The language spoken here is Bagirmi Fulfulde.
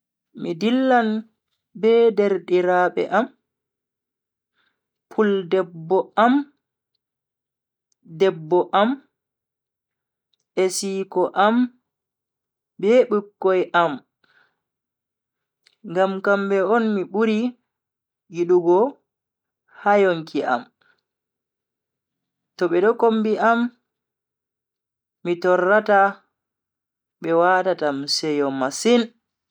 Mi dillan be derdiraabe am, puldebbo am, debbo am, esiko am be bikkoi am ngam kambe on mi buri yidugo ha yonki am, to bedo kombi am mi torrata be watatam seyo masin.